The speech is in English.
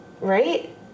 right